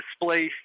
displaced